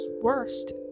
worst